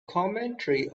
commentary